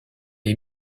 est